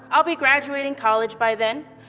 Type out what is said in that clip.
i'll be graduating college by then.